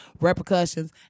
repercussions